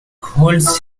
holds